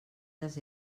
les